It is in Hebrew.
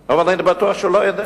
אבל זה מה שידוע לי.